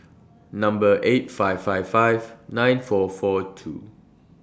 Number eight five five five nine four four two